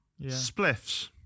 spliffs